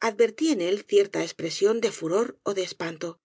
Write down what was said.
advertí en él cierta espresion de furor ó de espanto